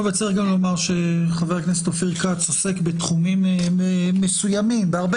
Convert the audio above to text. צריך גם לומר שחבר הכנסת אופיר כץ עוסק בתחומים מסוימים בהרבה